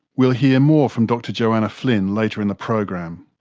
we'll hear more from dr joanna flynn later in the program.